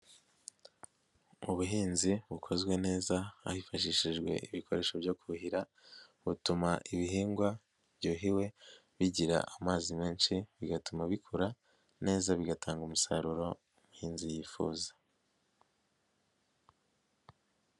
Mu buhinzi bukozwe neza hifashishijwe ibikoresho byo kuhira butuma ibihingwa byuhiwe bigira amazi menshi bigatuma bikura neza bigatanga umusaruro umuhinzi yifuza.